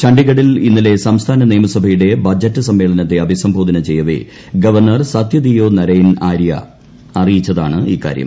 ഛണ്ഡിഗഢിൽ ഇന്നലെ സംസ്ഥാന നിയമസഭയുടെ ബ്ഷജറ്റ് സമ്മേളനത്തെ അഭിസംബോധന ചെയ്യവേ ഗവർണർ സത്യദിയേള് ന്രെയൻ ആര്യ അറിയിച്ചതാണ് ഇക്കാര്യം